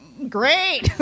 Great